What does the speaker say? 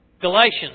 Galatians